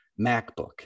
MacBook